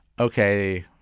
Okay